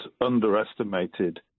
underestimated